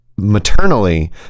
maternally